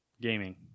Gaming